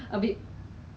okay I think